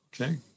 Okay